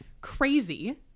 crazy